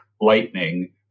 lightning